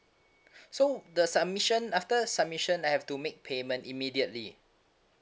so the submission after submission I have to make payment immediately